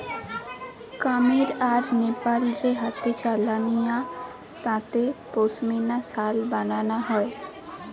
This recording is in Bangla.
কামীর আর নেপাল রে হাতে চালানিয়া তাঁতে পশমিনা শাল বানানা হয়